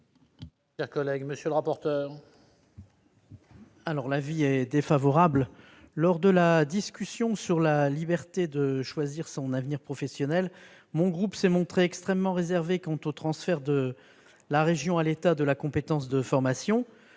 Monsieur le rapporteur,